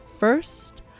First